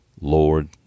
Lord